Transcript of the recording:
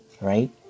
right